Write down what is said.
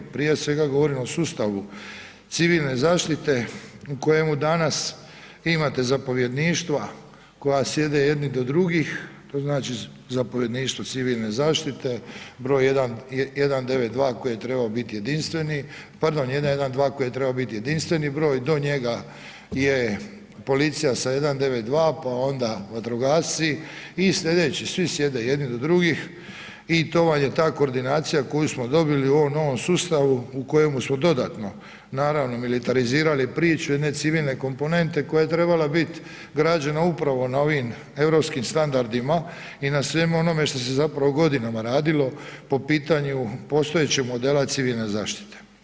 Prije svega, govorimo o sustavu civilne zaštite u kojemu danas imate zapovjedništva koja sjede jedni do drugih, to znači zapovjedništvo civilne zaštite, broj 192, koji je trebao biti jedinstveni, pardon 112 koji je trebao biti jedinstveni broj, do njega je policija sa 192, pa onda vatrogasci i sljedeći, svi sjede jedni do drugih i to vam je ta koordinacija koju smo dobili u ovom novom sustavu u kojemu smo dodatno, naravno, militarizirali priču jedne civilne komponente koja je trebala biti građevina upravo na ovim europskim standardima i na svemu onome što se zapravo godinama radimo po pitanju postojećeg modela civilne zaštite.